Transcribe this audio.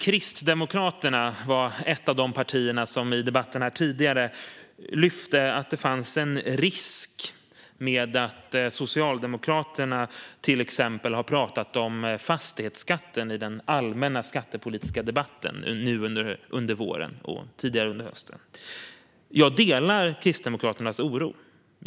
Kristdemokraterna var ett av de partier som tidigare i debatten lyfte fram att det finns en risk med att Socialdemokraterna har pratat om till exempel fastighetsskatten i den allmänna skattepolitiska debatten nu under våren och tidigare under hösten. Jag delar Kristdemokraternas oro.